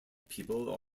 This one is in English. people